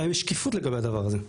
גם אם יש שקיפות לגבי הדבר הזה.